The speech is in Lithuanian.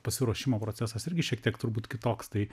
pasiruošimo procesas irgi šiek tiek turbūt kitoks tai